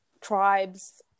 tribes